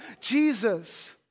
Jesus